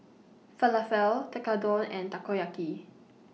Falafel Tekkadon and Takoyaki